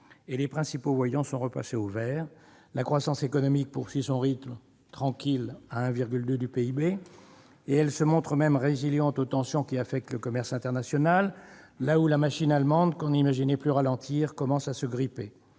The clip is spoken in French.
Les principaux voyants sont repassés au vert : la croissance économique poursuit son rythme tranquille, à 1,2 % du PIB, et elle se montre même résiliente aux tensions qui affectent le commerce international, tandis que la machine allemande, que l'on n'imaginait plus ralentir, commence à se gripper